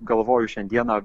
galvoju šiandieną